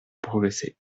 progresser